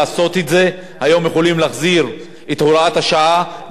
היום יכולים להחזיר את הוראת השעה ולחבר את הבתים.